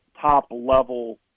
top-level